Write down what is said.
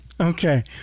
Okay